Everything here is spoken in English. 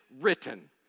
written